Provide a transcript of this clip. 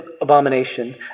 abomination